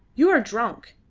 you are drunk,